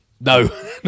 No